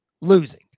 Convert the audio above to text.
losing